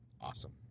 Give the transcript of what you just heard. awesome